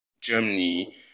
Germany